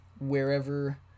wherever